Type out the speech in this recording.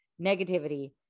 negativity